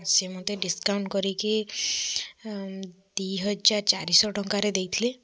ସିଏ ମୋତେ ଡ଼ିସକାଉଣ୍ଟ୍ କରିକି ଦୁଇହଜାର ଚାରିଶହ ଟଙ୍କାରେ ଦେଇଥିଲେ